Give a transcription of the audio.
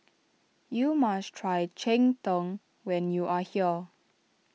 you must try Cheng Tng when you are here